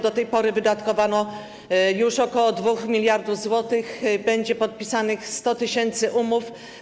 Do tej pory wydatkowano już około 2 mld zł, będzie podpisanych 100 tys. umów.